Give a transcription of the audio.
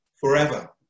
forever